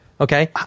Okay